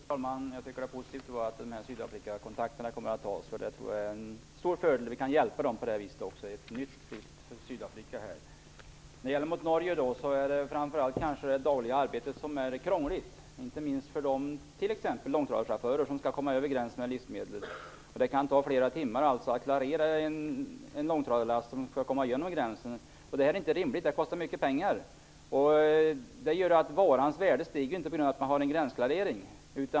Fru talman! Jag tycker att det är positivt att de här Sydafrikakontakterna kommer att tas, därför att jag tror att det är en stor fördel att vi kan hjälpa till med att bygga upp ett nytt fritt Sydafrika. När det gäller Norge är det kanske framför allt det dagliga arbetet som är krångligt, inte minst för t.ex. de långtradarchaufförer som skall komma över gränsen med livsmedel. Det kan ta flera timmar att klarera en långtradarlast för att komma över gränsen. Detta är inte rimligt. Det kostar mycket pengar. Varans värde stiger ju inte på grund av att man har gränsklarering.